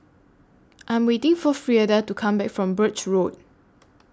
I Am waiting For Frieda to Come Back from Birch Road